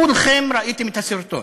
כולכם ראיתם את הסרטון.